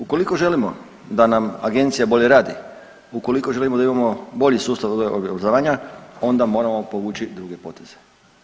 Ukoliko želimo da nam agencija bolje radi, ukoliko želimo da imamo bolji sustav obrazovanja onda moramo povući druge poteze.